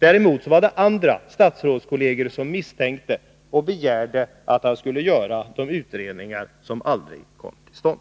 Däremot var det andra statsrådskolleger som misstänkte och begärde att han skulle göra de utredningar som aldrig kom till stånd.